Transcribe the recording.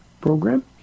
program